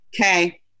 Okay